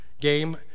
game